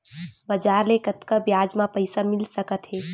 बजार ले कतका ब्याज म पईसा मिल सकत हे?